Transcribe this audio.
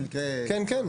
כן, כן.